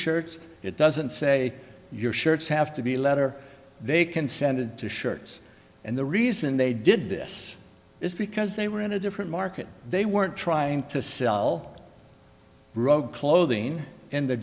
shirts it doesn't say your shirts have to be a letter they consented to shirts and the reason they did this is because they were in a different market they weren't trying to sell rogue clothing and the